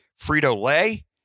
Frito-Lay